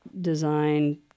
design